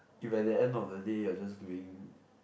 if at the end of the day you're just doing